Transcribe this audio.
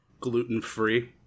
Gluten-free